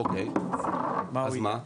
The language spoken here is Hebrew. אוקיי, אז מה?